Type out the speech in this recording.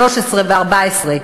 2013 ו-2014.